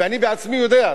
ואני עצמי יודע,